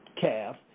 calf